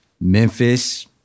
Memphis